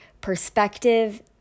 Perspective